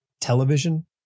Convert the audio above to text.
television